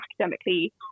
academically